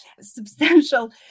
substantial